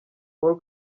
paul